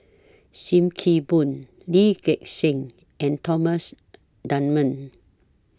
SIM Kee Boon Lee Gek Seng and Thomas Dunman